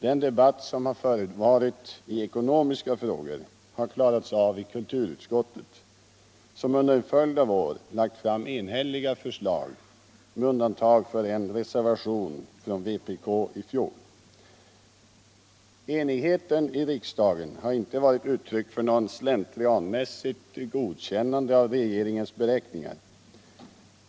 Den debatt som har förevarit i ekonomiska frågor har klarats av i kulturutskottet, som under en följd av år lagt fram enhälliga förslag, med undantag för en reservation från vpk i fjol. Enigheten i riksdagen har inte varit uttryck för något slentrianmässigt godkännande av regeringens beräkningar.